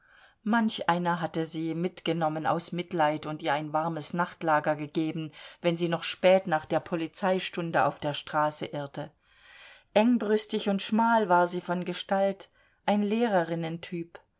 manch einer hatte sie mitgenommen aus mitleid und ihr ein warmes nachtlager gegeben wenn sie noch spät nach der polizeistunde auf der straße irrte engbrüstig und schmal war sie von gestalt ein lehrerinnentyp